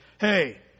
Hey